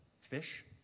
fish